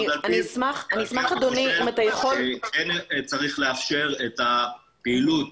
--- אני חושב שכן צריך לאפשר את הפעילות